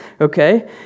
Okay